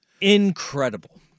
Incredible